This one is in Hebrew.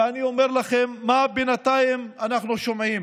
ואני אומר לכם מה בינתיים אנחנו שומעים: